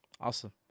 Awesome